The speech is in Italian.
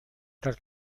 tal